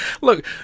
Look